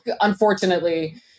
unfortunately